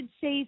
safe